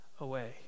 away